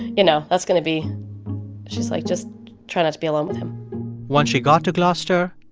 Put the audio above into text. you know, that's going to be she's like, just try not to be alone with him once she got to gloucester,